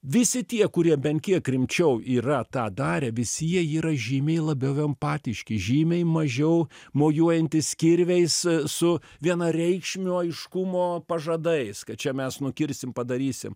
visi tie kurie bent kiek rimčiau yra tą darę visi jie yra žymiai labiau empatiški žymiai mažiau mojuojantys kirviais su vienareikšmio aiškumo pažadais kad čia mes nukirsim padarysim